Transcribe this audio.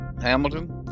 Hamilton